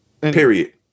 period